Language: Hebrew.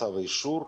מצ״ב האישור.